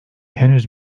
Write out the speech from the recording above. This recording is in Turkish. henüz